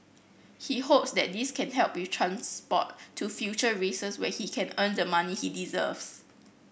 he hopes that this can help with transport to future races where he can earn the money he deserves